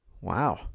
Wow